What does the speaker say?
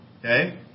Okay